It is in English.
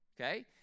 okay